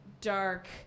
dark